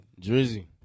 Drizzy